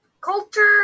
culture